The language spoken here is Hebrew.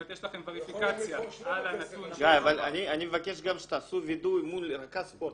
גיא, אני מבקש גם שתעשו וידוא מול רכז ספורט.